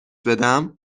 بدم